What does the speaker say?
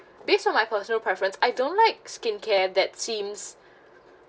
based on my personal preference I don't like skincare that seems